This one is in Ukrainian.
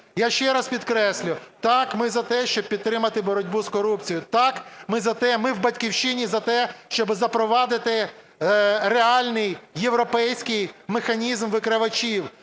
Я ще раз підкреслюю, так, ми за те, щоб підтримати боротьбу з корупцією. Так, ми в "Батьківщині" за те, щоб запровадити реальний європейський механізм викривачів.